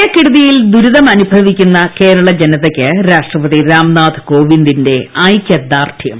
പ്രളയക്കെടുതിയിൽ ദുരിതം അനുഭവിക്കുന്ന കേരള ജനതയ്ക്ക് രാഷ്ട്രപതി രാംനാഥ് കോവിന്ദിന്റെ ഐക്യദാർഡ്യം